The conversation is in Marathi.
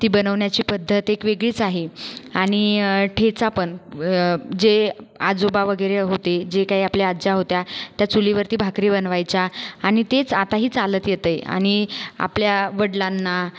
ती बनवण्याची पद्धत एक वेगळीच आहे आणि ठेचा पण जे आजोबा वगैरे होते जे काही आपल्या आज्ज्या होत्या त्या चुलीवरती भाकरी बनवायच्या आणि तेच आताही चालत येत आहे आणि आपल्या वडिलांना